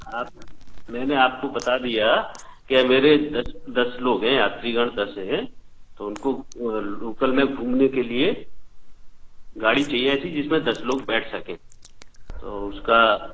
आप मैंने आपको बता दिया कि मेरे दस दस लोग हैं यात्रीगण दस हैं तो उनको लोकल में घूमने के लिए गाड़ी चाहिए थी जिसमें दस लोग बैठ सकें तो उसका